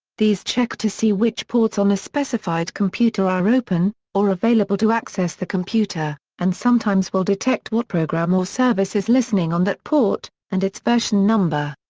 these check to see which ports on a specified computer are open or available to access the computer, and sometimes will detect what program or service is listening on that port, and its version number.